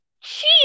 Cheese